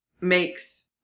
makes